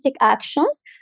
actions